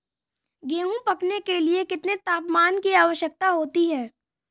गेहूँ पकने के लिए कितने तापमान की आवश्यकता होती है?